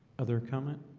other comment